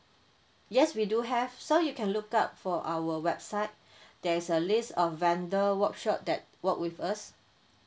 yes we do have so you can look up for our website there is a list of vendor workshop that work with us